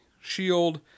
shield